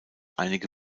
einige